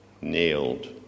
nailed